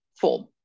form